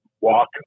walk